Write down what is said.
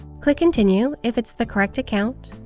click continue if it's the correct account,